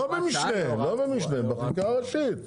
לא במשנה, בחקיקה הראשית.